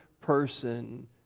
person